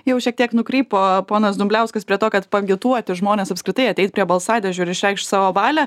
jau šiek tiek nukrypo ponas dumbliauskas prie to kad paagituoti žmones apskritai ateit prie balsadėžių ir išreikšt savo valią